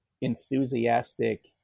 enthusiastic